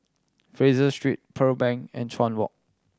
Fraser Street Pearl Bank and Chuan Walk